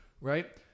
right